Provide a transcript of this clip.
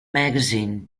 magazine